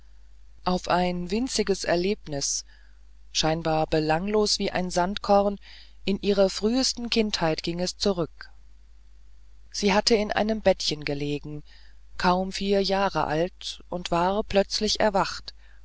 auf ein winziges erlebnis scheinbar belanglos wie ein sandkorn in ihrer frühesten kindheit ging es zurück sie hatte in einem bettchen gelegen kaum vier jahre alt und war plötzlich erwacht